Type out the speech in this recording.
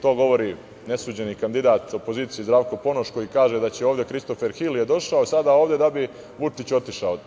To govori nesuđeni kandidat opozicije Zdravko Ponoš koji kaže da je ovde Kristofer Hil došao da bi Vučić otišao.